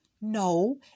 No